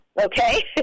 okay